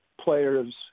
players